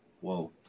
Whoa